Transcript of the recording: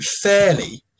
fairly